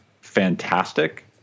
fantastic